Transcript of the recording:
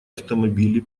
автомобили